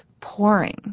pouring